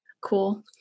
Cool